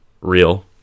real